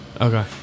Okay